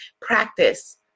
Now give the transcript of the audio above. practice